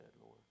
Lord